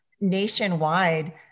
nationwide